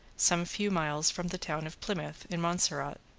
some few miles from the town of plymouth in montserrat.